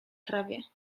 trawie